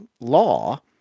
law